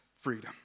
freedom